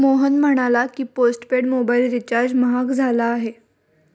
मोहन म्हणाला की, postpaid mobile recharge महाग झाला आहे